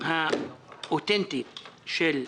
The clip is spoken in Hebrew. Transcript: האותנטית של שכירים,